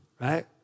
right